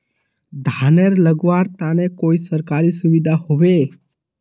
धानेर लगवार तने कोई सरकारी सुविधा होबे?